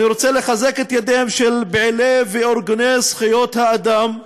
אני רוצה לחזק את ידיהם של פעילי וארגוני זכויות האדם,